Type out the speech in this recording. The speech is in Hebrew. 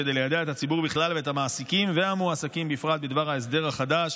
כדי ליידע את הציבור בכלל ואת המעסיקים והמועסקים בפרט בדבר ההסדר החדש.